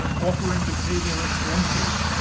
offering to pay their expenses.